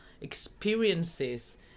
experiences